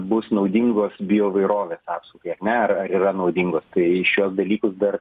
bus naudingos bioįvairovės apsaugai ar ne ar ar yra naudingos tai šiuos dalykus dar